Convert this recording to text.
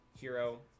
hero